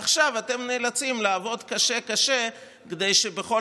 עכשיו אתם נאלצים לעבוד קשה קשה כדי בכל